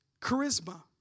charisma